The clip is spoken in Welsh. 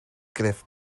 gruff